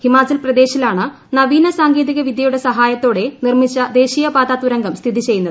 ഹിമാചൽ പ്രദേശിലാണ് നവീന സാങ്കേതിക വിദ്യയുടെ സഹായത്തോടെ നിർമിച്ച ദേശീയപാതാതുരങ്കം സ്ഥിതിചെയ്യുന്നത്